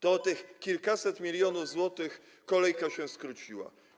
to o te kilkaset milionów złotych kolejka się skróciła.